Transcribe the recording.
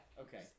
Okay